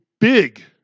big